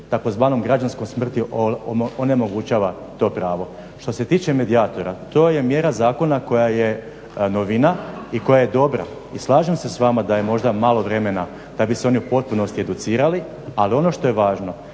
tzv. građanskom smrti onemogućava to pravo. Što se tiče medijatora, to je mjera zakona koja je novina i koja je dobra. I slažem se s vama da je možda malo vremena da bi se oni u potpunosti educirali. Ali ono što je važno,